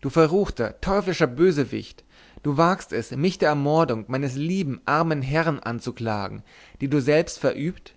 du verruchter teuflischer bösewicht du wagst es mich der ermordung meines lieben armen herrn anzuklagen die du selbst verübt